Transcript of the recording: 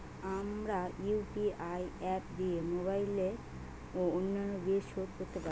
আমরা UPI app দিয়ে mobile ও অন্যান্য বিল শোধ করতে পারি